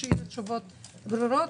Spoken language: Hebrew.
שיהיו תשובות ברורות.